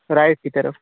right की तरफ़